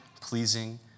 pleasing